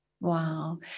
Wow